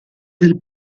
del